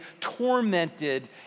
tormented